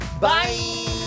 Bye